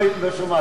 לא שמעתי.